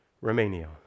Romania